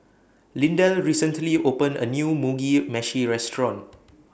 Lindell recently opened A New Mugi Meshi Restaurant